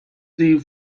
sie